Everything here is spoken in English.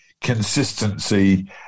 consistency